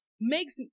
makes